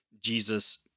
Jesus